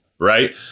right